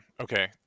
okay